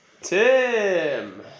Tim